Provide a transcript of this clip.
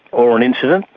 or an incident,